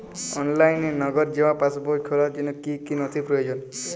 অনলাইনে নগদ জমা পাসবই খোলার জন্য কী কী নথি প্রয়োজন?